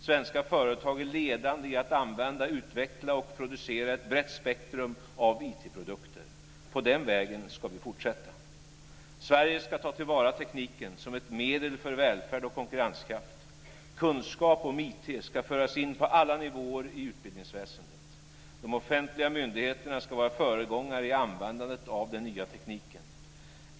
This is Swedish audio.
Svenska företag är ledande i att använda, utveckla och producera ett brett spektrum av IT produkter. På den vägen ska vi fortsätta. Sverige ska ta till vara tekniken som ett medel för välfärd och konkurrenskraft. Kunskap om IT ska föras in på alla nivåer i utbildningsväsendet. De offentliga myndigheterna ska vara föregångare i användandet av den nya tekniken.